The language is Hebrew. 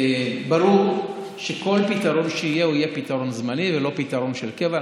ברור שכל פתרון שיהיה יהיה פתרון זמני ולא פתרון של קבע.